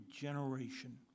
generation